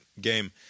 game